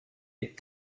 with